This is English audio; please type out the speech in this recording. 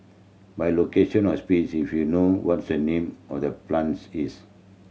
by location or if you know what's the name or the plants is